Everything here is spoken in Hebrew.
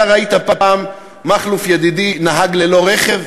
אתה ראית פעם, מכלוף ידידי, נהג ללא רכב?